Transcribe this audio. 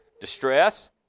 Distress